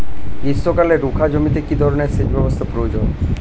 গ্রীষ্মকালে রুখা জমিতে কি ধরনের সেচ ব্যবস্থা প্রয়োজন?